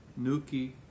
Nuki